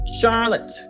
Charlotte